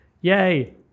yay